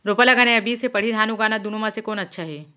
रोपा लगाना या बीज से पड़ही धान उगाना दुनो म से कोन अच्छा हे?